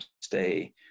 stay